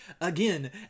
Again